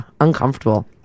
uncomfortable